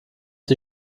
die